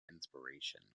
inspiration